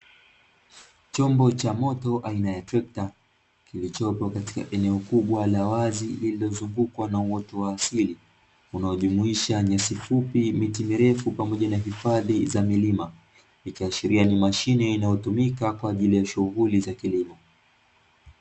Chombo cha moto aina ya trekta, kilichopo katika eneo kubwa la wazi lililozungukwa na uoto wa asili, unaojumuisha nyasi fupi, miti mirefu pamoja na hifadhi za milima. Ikiashiria ni mashine inayotumika kwa ajili ya shughuli za kilimo.